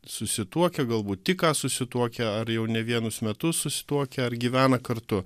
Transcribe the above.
susituokę galbūt tik ką susituokę ar jau ne vienus metus susituokę ar gyvena kartu